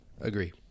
Agree